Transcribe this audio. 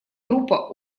группа